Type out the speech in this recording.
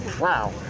wow